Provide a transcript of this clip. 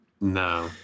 No